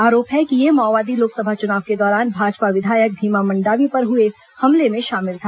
आरोप है कि यह माओवादी लोकसभा चुनाव के दौरान भाजपा विधायक भीमा मंडावी पर हुए हमले में शामिल था